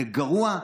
זה גרוע,